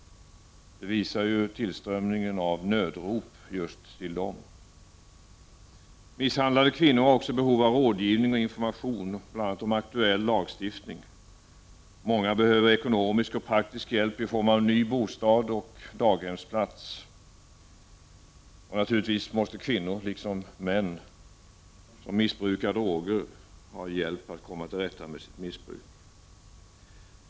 Det visar ju tillströmningen av nödrop till just dem. Misshandlade kvinnor har också behov av rådgivning och information, bl.a. om aktuell lagstiftning. Många behöver ekonomisk och praktisk hjälp i form av ny bostad och daghemsplats. Naturligtvis måste kvinnor, liksom män, som missbrukar droger få hjälp att komma till rätta med sitt missbruk.